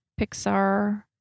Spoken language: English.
Pixar